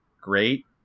great